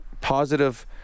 positive